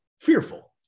fearful